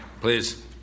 Please